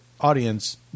Audience